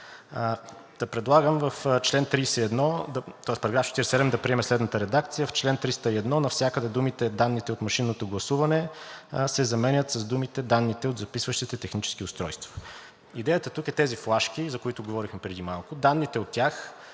да приеме следната редакция: „В чл. 301 навсякъде думите „данните от машинното гласуване“ се заменят с думите „данните от записващите технически устройства“. Идеята тук е тези флашки, за които говорихме преди малко, данните от тях